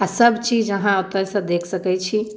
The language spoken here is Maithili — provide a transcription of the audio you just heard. आ सभचीज अहाँ ओतयसँ देख सकैत छी